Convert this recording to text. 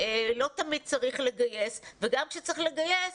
לא תמיד צריך לגייס מורים וגם כשצריך לגייס,